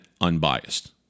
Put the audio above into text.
unbiased